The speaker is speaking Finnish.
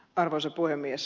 arvoisa puhemies